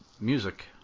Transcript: music